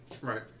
Right